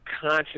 conscious